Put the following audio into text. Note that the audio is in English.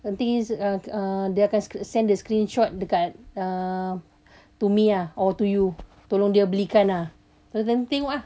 nanti uh uh dia akan send the screenshot dekat ah to me ah or to you tolong dia belikan ah nanti tengok ah